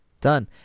Done